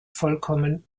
vollkommen